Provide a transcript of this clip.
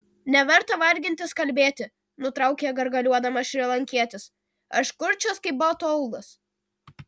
neverta vargintis kalbėti nutraukė gargaliuodamas šrilankietis aš kurčias kaip bato aulas